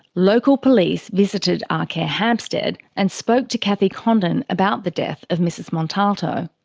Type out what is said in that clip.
local police visited arcare hampstead and spoke to cathy condon about the death of mrs montalto.